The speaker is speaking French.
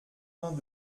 vingt